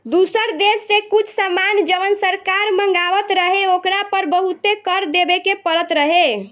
दुसर देश से कुछ सामान जवन सरकार मँगवात रहे ओकरा पर बहुते कर देबे के परत रहे